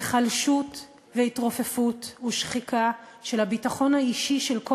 היחלשות והתרופפות ושחיקה של הביטחון האישי של כל